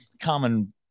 common